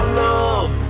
love